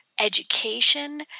education